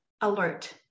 alert